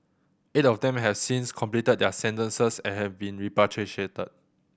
eight of them have since completed their sentences and have been repatriated